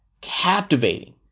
Captivating